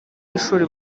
y’ishuri